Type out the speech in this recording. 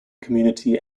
community